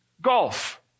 golf